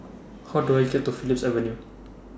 How Do I get to Phillips Avenue